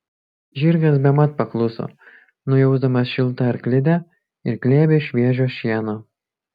žirgas bemat pakluso nujausdamas šiltą arklidę ir glėbį šviežio šieno